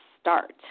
start